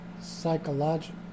psychological